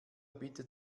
bitte